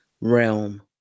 realm